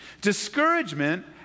Discouragement